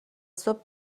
صبح